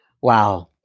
Wow